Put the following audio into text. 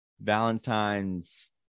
Valentine's